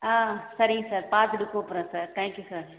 ஆ சரிங்க சார் பார்த்துட்டு கூப்புடுறேன் சார் தேங்க் யூ சார்